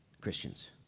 Christians